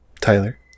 Tyler